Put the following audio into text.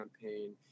campaign